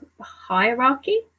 hierarchy